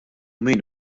min